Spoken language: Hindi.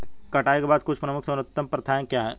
कटाई के बाद की कुछ प्रमुख सर्वोत्तम प्रथाएं क्या हैं?